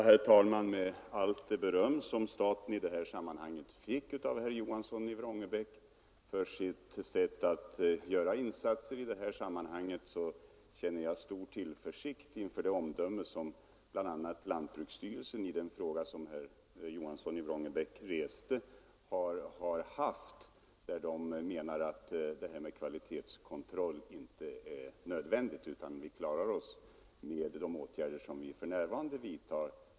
Herr talman! Efter allt det beröm som staten fick av herr Johansson i Vrångebäck för sitt sätt att göra insatser i detta sammanhang känner jag stor tillförsikt inför bl.a. lantbruksstyrelsens omdöme i den fråga som herr Johansson i Vrångebäck reste. Lantbruksstyrelsen menar att kvalitetskontroll inte är nödvändig utan att det är tillräckligt med de åtgärder som för närvarande vidtas.